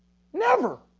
never.